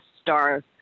star